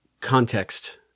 context